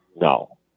no